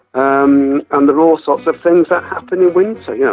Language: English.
um um there're all sorts of things that happen in winter. yeah